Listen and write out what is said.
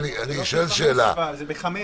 יש הדבקה גם בקרב הסוהרים?